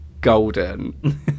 golden